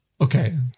Okay